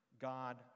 God